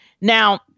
Now